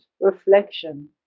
reflection